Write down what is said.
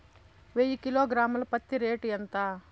వెయ్యి కిలోగ్రాము ల పత్తి రేటు ఎంత?